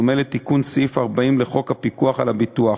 בדומה לתיקון סעיף 40 לחוק הפיקוח על הביטוח,